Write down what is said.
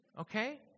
Okay